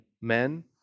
men